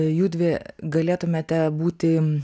judvi galėtumėte būti